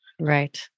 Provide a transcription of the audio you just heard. right